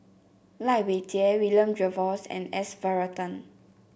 Lai Weijie William Jervois and S Varathan